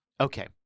okay